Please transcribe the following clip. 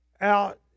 out